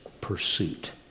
pursuit